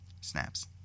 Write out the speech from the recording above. Snaps